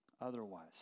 otherwise